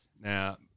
Now